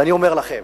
ואני אומר לכם,